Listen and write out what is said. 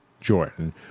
Jordan